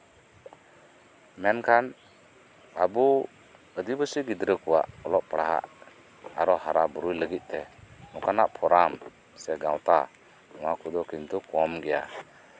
ᱢᱮᱱᱠᱷᱟᱱ ᱟᱵᱚ ᱟᱹᱫᱤᱵᱟᱹᱥᱤ ᱜᱤᱫᱽᱨᱟᱹ ᱠᱚᱣᱟᱜ ᱟᱨᱦᱚᱸ ᱦᱟᱨᱟ ᱵᱩᱨᱩᱭ ᱞᱟᱹᱜᱤᱫᱛᱮ ᱚᱱᱠᱟᱱᱟᱜ ᱯᱚᱨᱟᱱ ᱥᱮ ᱜᱟᱶᱛᱟ ᱱᱚᱣᱟ ᱠᱚᱫᱚ ᱠᱤᱱᱛᱩ ᱠᱚᱢ ᱜᱮᱭᱟ